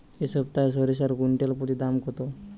এই সপ্তাহে সরিষার কুইন্টাল প্রতি দাম কত?